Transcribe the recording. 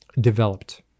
developed